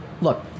look